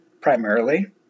primarily